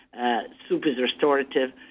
ah soup is restorative.